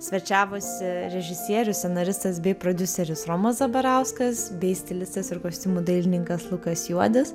svečiavosi režisierius scenaristas bei prodiuseris romas zabarauskas bei stilistas ir kostiumų dailininkas lukas juodis